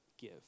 give